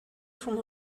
from